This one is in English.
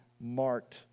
marked